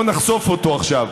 בוא נחשוף אותו עכשיו,